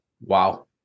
Wow